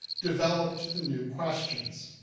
developed the new questions.